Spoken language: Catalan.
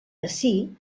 ací